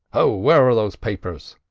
ho! where are those papers?